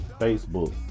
Facebook